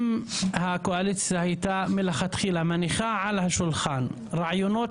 אם הקואליציה הייתה מלכתחילה מניחה על השולחן רעיונות